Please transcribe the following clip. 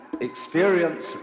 experience